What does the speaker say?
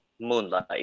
moonlight